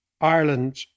Ireland